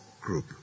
group